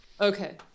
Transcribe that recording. Okay